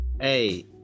hey